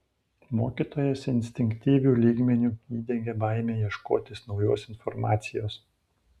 mokytojas instinktyviu lygmeniu įdiegė baimę ieškotis naujos informacijos